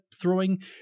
throwing